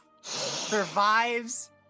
Survives